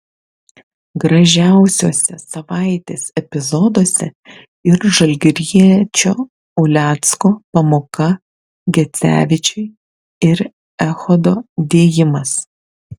gražiausiuose savaitės epizoduose ir žalgiriečio ulecko pamoka gecevičiui ir echodo dėjimas